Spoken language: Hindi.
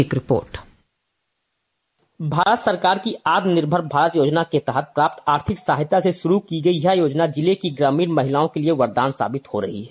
एक रिपोर्ट डिस्पैच भारत सरकार की आत्मनिर्भर भारत योजना के तहत प्राप्त आर्थिक सहायता से शुरू की गई यह योजना जिले की ग्रामीण महिलाओं के लिए वरदान साबित हो रही है